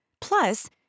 Plus